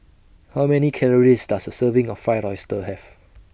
How Many Calories Does A Serving of Fried Oyster Have